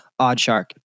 Oddshark